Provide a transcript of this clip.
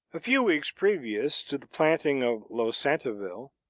a few weeks previous to the planting of losantiville,